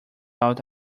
out